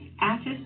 Attis